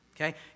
okay